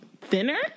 thinner